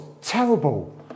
terrible